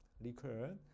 liquor